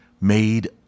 made